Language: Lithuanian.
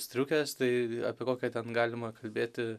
striukės tai apie kokią ten galima kalbėti